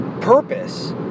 purpose